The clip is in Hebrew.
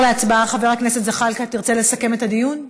להצבעה, חבר הכנסת זחאלקה, תרצה לסכם את הדיון?